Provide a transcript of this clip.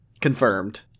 Confirmed